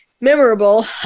memorable